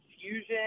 confusion